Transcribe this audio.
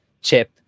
Chip